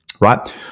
right